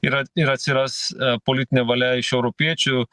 ir a ir atsiras politinė valia iš europiečių